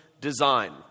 Design